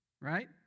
Right